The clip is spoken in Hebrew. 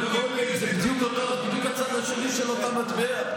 זה בדיוק הצד השני של אותו מטבע.